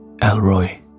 Elroy